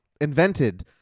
invented